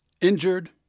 injured